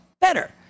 better